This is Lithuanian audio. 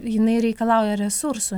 jinai reikalauja resursų